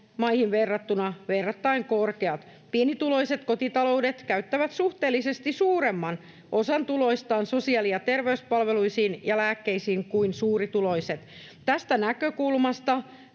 maihin verrattuna verrattain korkeat. Pienituloiset kotitaloudet käyttävät suhteellisesti suuremman osan tuloistaan sosiaali- ja terveyspalveluihin ja lääkkeisiin kuin suurituloiset. Tästä näkökulmasta